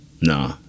Nah